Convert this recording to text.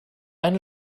eine